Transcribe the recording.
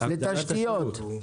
לתשתיות.